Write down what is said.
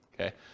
okay